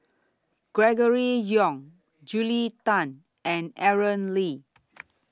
Gregory Yong Julia Tan and Aaron Lee